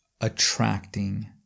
attracting